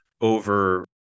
over